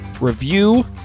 review